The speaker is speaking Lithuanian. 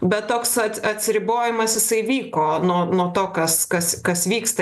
bet toks at atsiribojimas jisai vyko nuo nuo to kas kas kas vyksta